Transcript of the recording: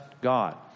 God